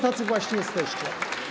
Tacy właśnie jesteście.